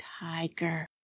tiger